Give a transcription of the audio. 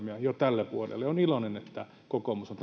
jo tälle vuodelle olen iloinen että kokoomus on